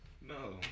no